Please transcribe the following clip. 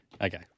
Okay